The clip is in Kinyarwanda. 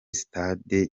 stade